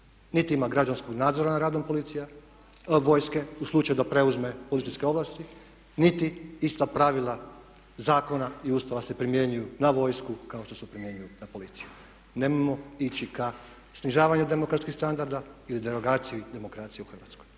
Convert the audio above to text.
Niti ima građanskog nadzora nad radom vojske u slučaju da preuzme policijske ovlasti niti ista pravila zakona i Ustava se primjenjuju na vojsku kao što se primjenjuju na policiju. Nemojmo ići ka snižavanju demokratskih standarda ili derogaciju demokracije u Hrvatskoj